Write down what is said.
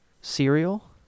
serial